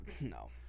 No